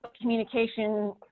Communication